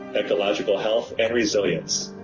ecological health and resilience,